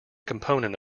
component